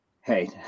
hey